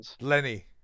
Lenny